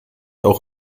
auch